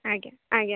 ଆଜ୍ଞା ଆଜ୍ଞା